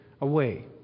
away